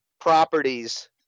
properties